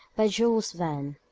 by jules verne